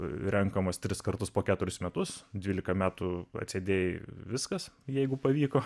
renkamas tris kartus po keturis metus dvylika metų atsėdėjo viskas jeigu pavyko